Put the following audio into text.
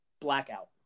Blackout